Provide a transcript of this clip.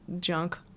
junk